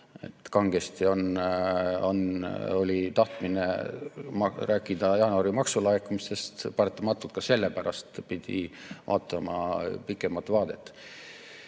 Kangesti oli tahtmine rääkida jaanuari maksulaekumistest, paratamatult ka sellepärast pidi vaatama pikemat vaadet.